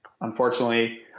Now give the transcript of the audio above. unfortunately